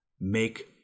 make